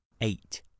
eight